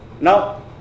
Now